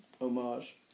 homage